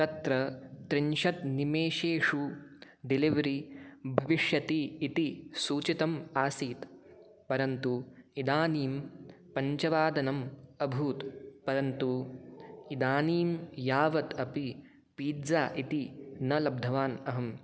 तत्र त्रिंशत् निमेषेषु डेलिवरी भविष्यति इति सूचितम् आसीत् परन्तु इदानीं पञ्चवादनम् अभूत् परन्तु इदानीं यावत् अपि पीट्ज़्ज़ा इति न लब्धवान् अहम्